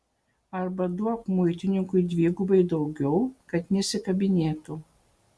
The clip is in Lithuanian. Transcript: arba duok muitininkui dvigubai daugiau kad nesikabinėtų